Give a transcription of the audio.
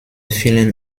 vielen